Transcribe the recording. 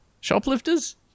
Shoplifters